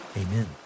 Amen